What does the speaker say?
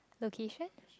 location